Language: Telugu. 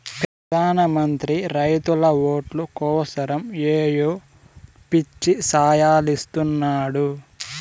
పెదాన మంత్రి రైతుల ఓట్లు కోసరమ్ ఏయో పిచ్చి సాయలిస్తున్నాడు